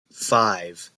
five